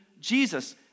Jesus